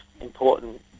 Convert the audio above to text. important